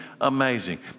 amazing